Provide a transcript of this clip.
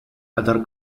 other